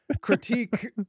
critique